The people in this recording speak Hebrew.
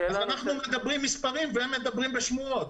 אז אנחנו מדברים מספרים והם מדברים בשמועות,